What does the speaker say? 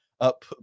up